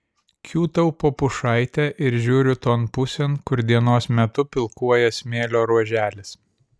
kiūtau po pušaite ir žiūriu ton pusėn kur dienos metu pilkuoja smėlio ruoželis